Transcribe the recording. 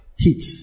Heat